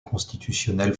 constitutionnel